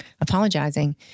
apologizing